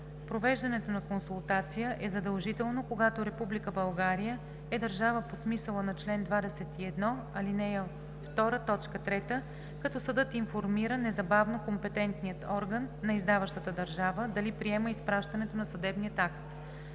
Провеждането на консултация е задължително, когато Република България е държава по смисъла на чл. 21, ал. 2, т. 3, като съдът информира незабавно компетентния орган на издаващата държава дали приема изпращането на съдебния акт.